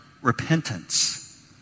Repentance